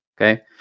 okay